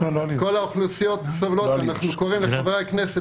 כול האוכלוסיות סובלות ואני קורא לחברי הכנסת